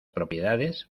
propiedades